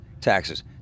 taxes